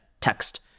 text